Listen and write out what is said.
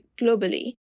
globally